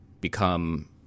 become